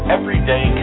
Everyday